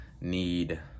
need